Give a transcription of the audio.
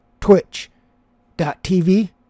Twitch.tv